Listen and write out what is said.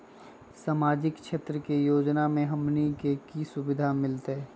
सामाजिक क्षेत्र के योजना से हमनी के की सुविधा मिलतै?